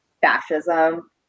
fascism